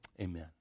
amen